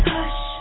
Hush